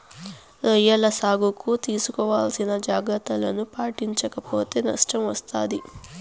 రొయ్యల సాగులో తీసుకోవాల్సిన జాగ్రత్తలను పాటించక పోతే నష్టం వస్తాది